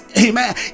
amen